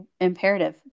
imperative